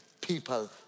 people